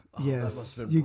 Yes